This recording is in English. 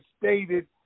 stated